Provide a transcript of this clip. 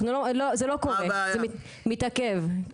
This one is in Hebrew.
זה לא קורה, זה מתעכב.